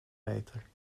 meter